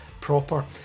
proper